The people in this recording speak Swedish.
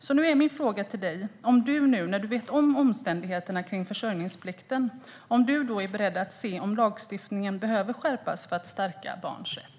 Nu när statsrådet känner till omständigheterna kring försörjningsplikten är min fråga om statsrådet är beredd att se över om lagstiftningen behöver skärpas för att stärka barns rätt.